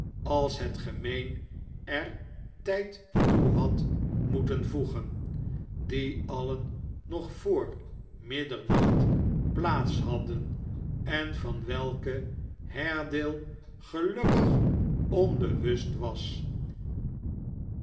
als het gemeen er tijd toe had moet voegen die alien nog vr middernacht plaats hadden en van welke haredale gelukkig onbewust was